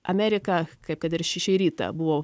amerika kaip kad ir šį šį rytą buvo